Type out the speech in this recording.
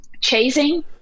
chasing